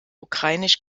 ukrainisch